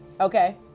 okay